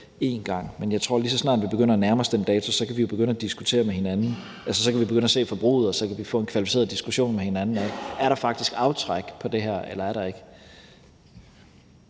en gang. Men jeg tror, at lige så snart vi begynder at nærme os den dato, kan vi begynde at diskutere med hinanden, altså så kan vi begynde at se forbruget, og så kan vi få en kvalificeret diskussion med hinanden af, om der faktisk er aftræk på det her eller der ikke